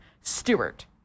Stewart